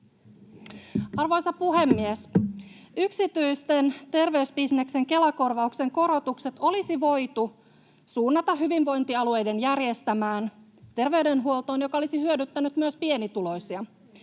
Arvoisa puhemies! Yksityisen terveysbisneksen Kela-korvauksen korotukset olisi voitu suunnata hyvinvointialueiden järjestämään terveydenhuoltoon, joka olisi hyödyttänyt myös pienituloisia.